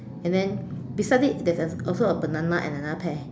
and then beside it there's also a banana and another pear